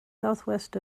southwest